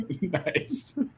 Nice